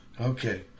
Okay